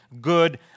good